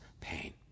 pain